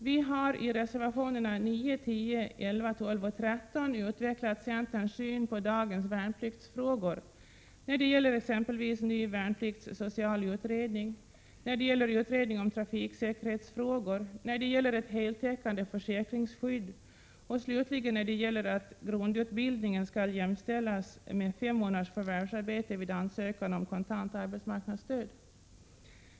Vi har i reservationerna 9, 10, 11, 12 och 13 utvecklat centerns syn på dagens värnpliktsfrågor när det gäller exempelvis ny värnpliktssocial utredning, utredning om trafiksäkerhetsfrågor, ett heltäckande försäkringsskydd och slutligen att grundutbildningen skall jämställas med fem månaders förvärvsarbete vid ansökan om kontant arbetsmarknadsstöd.